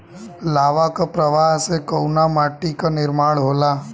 लावा क प्रवाह से कउना माटी क निर्माण होला?